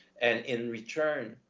and in return,